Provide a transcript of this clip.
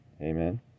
Amen